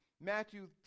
Matthew